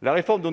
La présente réforme est